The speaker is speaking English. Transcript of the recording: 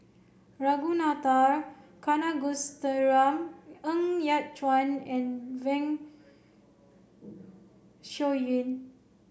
Ragunathar Kanagasuntheram Ng Yat Chuan and Zeng Shouyin